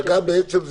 בעצם,